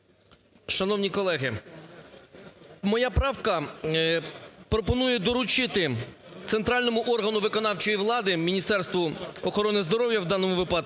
Шановні колеги, моя правка пропонує доручити центральному органу виконавчої влади, Міністерству охорони здоров'я у даному випадку,